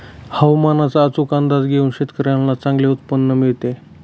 हवामानाचा अचूक अंदाज घेऊन शेतकाऱ्यांना चांगले उत्पादन मिळते